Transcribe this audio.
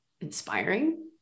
inspiring